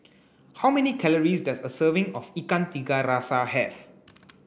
how many calories does a serving of Ikan Tiga Rasa have